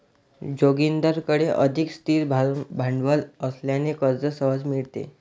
जोगिंदरकडे अधिक स्थिर भांडवल असल्याने कर्ज सहज मिळते